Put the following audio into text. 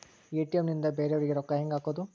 ATM ನಿಂದ ಬೇರೆಯವರಿಗೆ ರೊಕ್ಕ ಹೆಂಗ್ ಹಾಕೋದು?